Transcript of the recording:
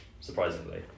surprisingly